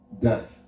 Death